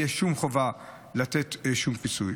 לא תהיה שום חובה לתת שום פיצוי.